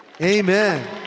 Amen